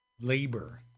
labor